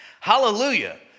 Hallelujah